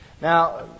Now